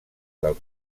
del